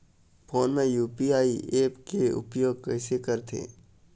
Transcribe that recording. Phone मे UPI app के उपयोग कइसे करथे?